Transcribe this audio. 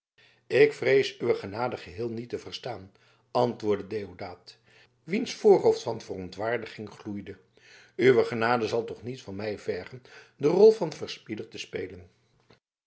ik vrees uw genade geheel niet te verstaan antwoordde deodaat wiens voorhoofd van verontwaardiging gloeide uw genade zal toch niet van mij vergen de rol van verspieder te spelen